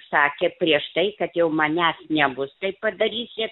sakė prieš tai kad jau manęs nebus tai padarysi